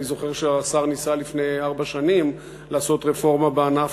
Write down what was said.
אני זוכר שהשר ניסה לפני ארבע שנים לעשות רפורמה בענף,